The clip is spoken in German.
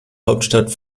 hauptstadt